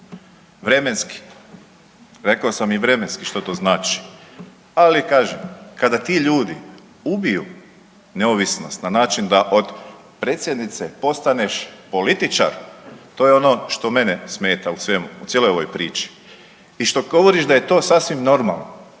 vremenski, rekao sam i vremenski što to znači. Ali kažem, kada ti ljudi ubiju neovisnost na način da od predsjednice postaneš političar, to je ono što mene smeta u svemu u cijeloj ovoj priči i što govoriš da je to sasvim normalno.